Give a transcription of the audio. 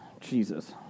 Jesus